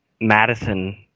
Madison